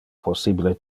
possibile